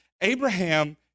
Abraham